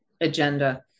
agenda